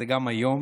זה גם היום,